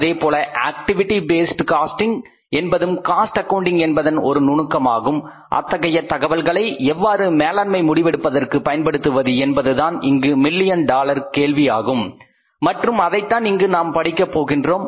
அதேபோல activity based costing என்பதும் cost accounting என்பதன் ஒரு நுணுக்கம் ஆகும் அத்தகைய தகவல்களை எவ்வாறு மேலாண்மை முடிவெடுப்பதற்காக பயன்படுத்துவது என்பது தான் இங்கு மில்லியன் டாலர் கேள்வி ஆகும் மற்றும் அதைத்தான் இங்கு நாம் படிக்க போகின்றோம்